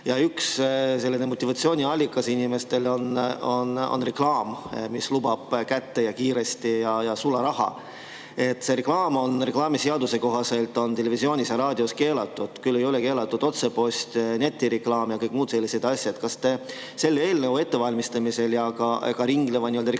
Ja üks selline motivatsiooniallikas inimestele on reklaam, mis lubab sularaha kiiresti kätte. See reklaam on reklaamiseaduse kohaselt televisioonis ja raadios keelatud, küll ei ole keelatud [selleteemaline] otsepost, netireklaam ja kõik muud sellised asjad. Kas te selle eelnõu ettevalmistamisel ja ka ringleva reklaamiseaduse